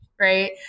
right